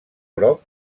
groc